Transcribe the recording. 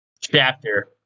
chapter